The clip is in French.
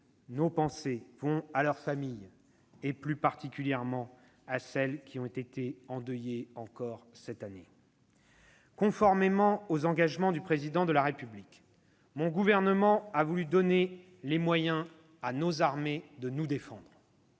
Mes pensées vont à leurs familles, et plus particulièrement à celles qui ont été endeuillées cette année. « Conformément aux engagements du Président de la République, mon gouvernement a voulu donner les moyens à nos armées de nous défendre.